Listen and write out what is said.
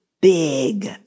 big